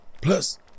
plus